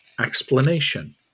explanation